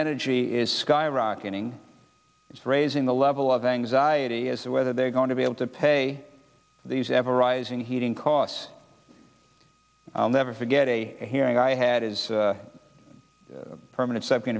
energy is skyrocketing it's raising the level of anxiety as to whether they're going to be able to pay these ever rising heating costs i'll never forget a hearing i had is permanent